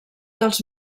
dels